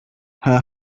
her